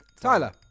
Tyler